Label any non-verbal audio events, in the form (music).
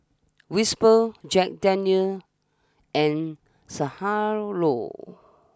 Whisper Jack Daniel's and (unintelligible)